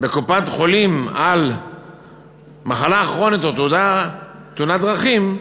בקופת-חולים בשל מחלה כרונית או תאונת דרכים,